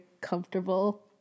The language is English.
comfortable